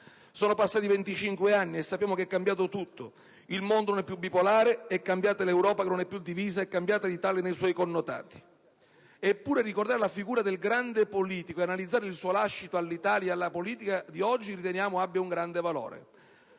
Sono passati 25 anni e sappiamo che è cambiato tutto. Il mondo non è più bipolare. È cambiata l'Europa, che non è più divisa, ed è cambiata l'Italia nei suoi connotati. Eppure, ricordare la figura del grande politico e analizzare il suo lascito all'Italia e alla politica di oggi riteniamo abbia un grande valore.